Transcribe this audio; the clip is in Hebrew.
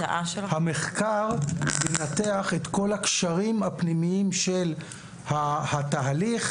המחקר ינתח את כל הקשרים הפנימיים של התהליך,